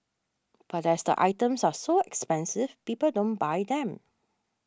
but as the items are so expensive people don't buy them